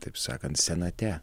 taip sakant senate